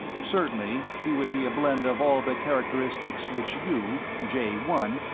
certainly he would be a blend of all the characteristics which you, jay one,